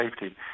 safety